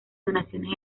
donaciones